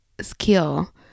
skill